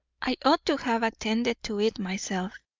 i ought to have attended to it myself.